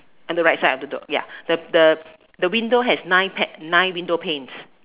on the right side of the door ya the the window has nine nine window panes